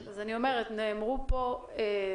שנייה, לי מותר להפריע, לך אסור.